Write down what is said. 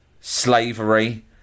slavery